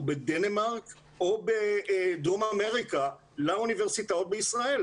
בדנמרק או בדרום אמריקה לאוניברסיטאות בישראל?